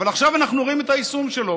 אבל עכשיו אנחנו רואים את היישום שלו,